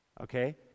Okay